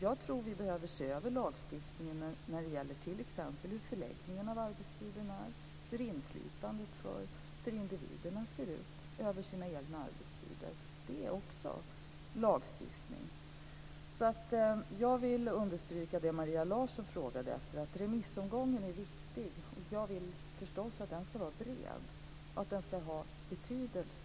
Jag tror att vi behöver se över lagstiftningen när det gäller t.ex. förläggningen av arbetstiden och hur individernas inflytande över sina egna arbetstider ser ut - det är också lagstiftning. Jag vill understryka vad Maria Larsson frågade efter. Remissomgången är alltså viktig. Jag vill förstås att den ska vara bred och att den ska ha betydelse.